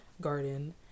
garden